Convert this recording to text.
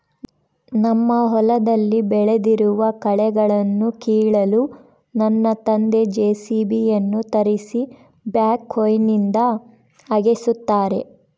ನಮ್ಮ ಹೊಲದಲ್ಲಿ ಬೆಳೆದಿರುವ ಕಳೆಗಳನ್ನುಕೀಳಲು ನನ್ನ ತಂದೆ ಜೆ.ಸಿ.ಬಿ ಯನ್ನು ತರಿಸಿ ಬ್ಯಾಕ್ಹೋನಿಂದ ಅಗೆಸುತ್ತಾರೆ